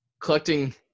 collecting